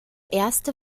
erste